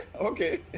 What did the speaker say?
Okay